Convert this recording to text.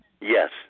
Yes